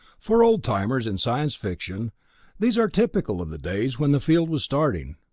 for old-timers in science-fiction these are typical of the days when the field was starting.